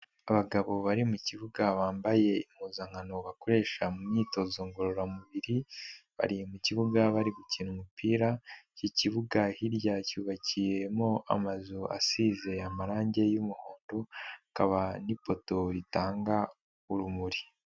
Abagabo bari mu kibuga bambaye impuzankano bakoresha mu myitozo ngororamubiri, bari mu kibuga bari gukina umupira, iki kibuga hirya cyubakiyemo amazu asize amarangi y'umuhondo, hakaba n'ipoto ritanga urumuri.